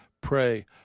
pray